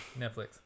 Netflix